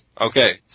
Okay